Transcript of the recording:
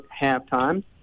halftime